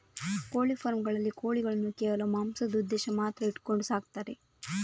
ಕೋಳಿ ಫಾರ್ಮ್ ಗಳಲ್ಲಿ ಕೋಳಿಗಳನ್ನು ಕೇವಲ ಮಾಂಸದ ಉದ್ದೇಶ ಮಾತ್ರ ಇಟ್ಕೊಂಡು ಸಾಕ್ತಾರೆ